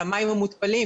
על המים המותפלים,